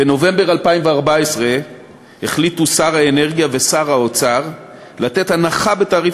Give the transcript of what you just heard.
בנובמבר 2014 החליטו שר האנרגיה ושר האוצר לתת הנחה בתעריף